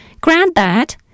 Granddad